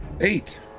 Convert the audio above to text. Eight